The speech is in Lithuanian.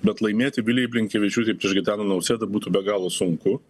bet laimėti vilijai blinkevičiūtei prieš gitaną nausėdą būtų be galo sunku